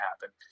happen